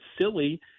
silly